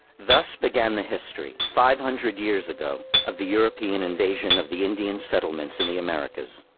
thus, began the history, five hundred years ago, of the european invasion of the indian settlements in the americas.